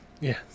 Yes